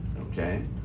Okay